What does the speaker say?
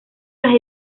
las